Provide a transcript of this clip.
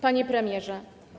Panie Premierze!